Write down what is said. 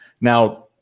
Now